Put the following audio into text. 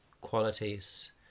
qualities